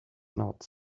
not